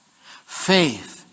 Faith